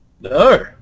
No